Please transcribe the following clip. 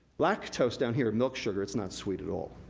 lactose, down here, milk sugar, it's not sweet at all.